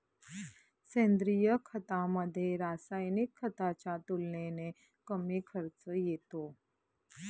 सेंद्रिय खतामध्ये, रासायनिक खताच्या तुलनेने कमी खर्च येतो